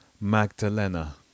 Magdalena*